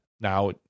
Now